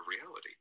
reality